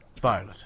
Violet